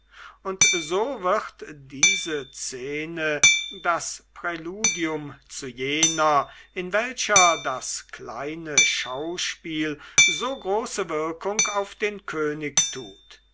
und so wird diese szene das präludium zu jener in welcher das kleine schauspiel so große wirkung auf den könig tut